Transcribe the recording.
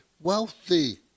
wealthy